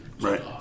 right